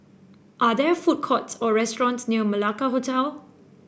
are there food courts or restaurants near Malacca Hotel